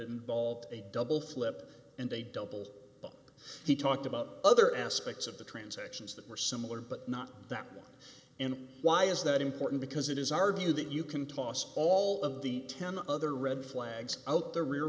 involved a double flip and a double he talked about other aspects of the transactions that were similar but not that and why is that important because it is our view that you can toss all of the ten other red flags out the rear